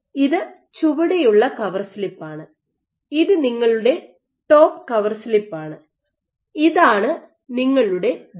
ഇത് ചുവടെയുള്ള കവർ സ്ലിപ്പാണ് ഇത് നിങ്ങളുടെ ടോപ്പ് കവർ സ്ലിപ്പാണ് ഇതാണ് നിങ്ങളുടെ ജെൽ